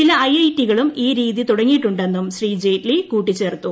ചില ഐഐടികളും ഈ രീതി തുടങ്ങിയിട്ടുണ്ടെന്നും ശ്രീ ജെയ്റ്റ്ലി കൂട്ടിച്ചേർത്തു